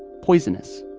poisonous,